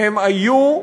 היו,